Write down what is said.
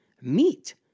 meat